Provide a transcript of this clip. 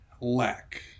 lack